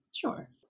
Sure